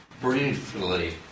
briefly